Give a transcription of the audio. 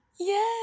Yes